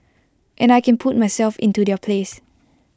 and I can put myself into their place